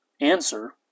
answer